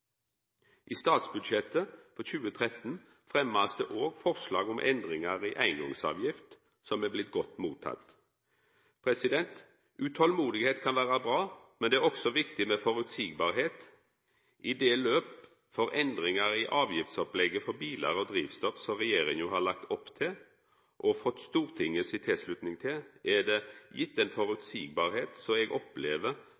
I statsbudsjettet for 2013 blir det òg fremma forslag til endringar i eingongsavgift som er blitt godt mottekne. Utolmod kan vera bra, men det er også viktig å vera føreseieleg. I det løpet for endringar i avgiftsopplegget for bilar og drivstoff som regjeringa har lagt opp til og fått Stortinget si tilslutning til, har vi vore føreseielege på ein